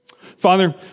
Father